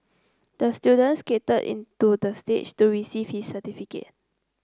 the student skated into the stage to receive his certificate